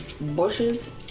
bushes